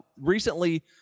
Recently